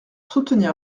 soutenir